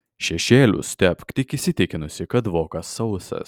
šešėlius tepk tik įsitikinusi kad vokas sausas